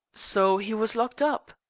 so he was locked up?